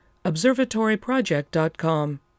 observatoryproject.com